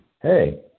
Hey